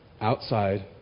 outside